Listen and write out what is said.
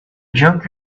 junk